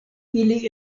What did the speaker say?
ili